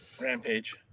Rampage